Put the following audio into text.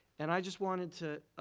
and i just wanted to